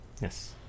Yes